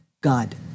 God